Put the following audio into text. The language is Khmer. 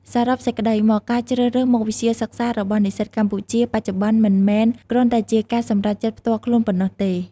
សរុបសេចក្តីមក ការជ្រើសរើសមុខវិជ្ជាសិក្សារបស់និស្សិតកម្ពុជាបច្ចុប្បន្ន មិនមែនគ្រាន់តែជាការសម្រេចចិត្តផ្ទាល់ខ្លួនប៉ុណ្ណោះទេ។